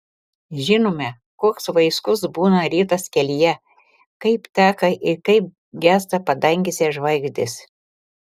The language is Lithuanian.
žinome koks vaiskus būna rytas kelyje kaip teka ir kaip gęsta padangėse žvaigždės